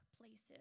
places